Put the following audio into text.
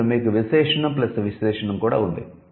ఇప్పుడు మీకు విశేషణం ప్లస్ విశేషణం ఉంది